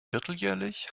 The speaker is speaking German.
vierteljährlich